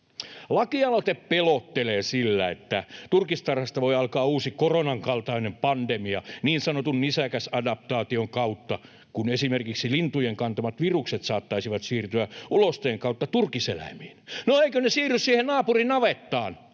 Lakialoite pelottelee sillä, että turkistarhasta voi alkaa uusi koronan kaltainen pandemia niin sanotun nisäkäsadaptaation kautta, kun esimerkiksi lintujen kantamat virukset saattaisivat siirtyä ulosteen kautta turkiseläimiin. No, eivätkö ne siirry siihen naapurin navettaan?